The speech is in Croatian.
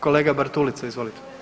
Kolega Bartulica, izvolite.